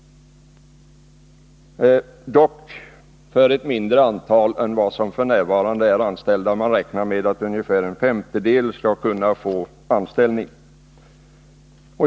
Det gäller dock ett mindre antal anställda än som finns f. n. Man räknar med att ungefär en femtedel skall kunna få anställning.